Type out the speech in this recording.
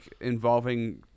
involving –